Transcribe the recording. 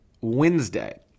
Wednesday